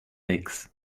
licks